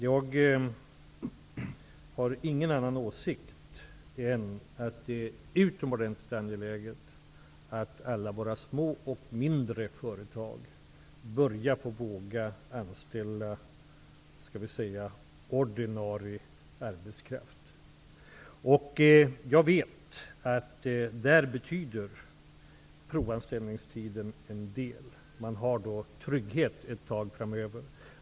Jag har ingen annan åsikt än att det är utomordentligt angeläget att alla vår små och mindre företag börjar våga anställa ordinarie arbetskraft. Jag vet att provanställningstiden betyder en del här. Man har en trygghet ett tag framöver.